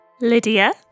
Lydia